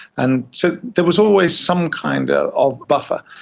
and so there was always some kind ah of buffer.